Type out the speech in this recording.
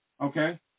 Okay